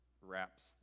wraps